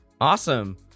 Awesome